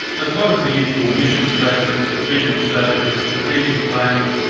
as well as the usual mission statements, vision statements, strategic plans,